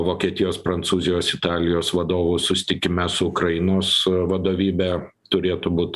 vokietijos prancūzijos italijos vadovų susitikime su ukrainos vadovybe turėtų būt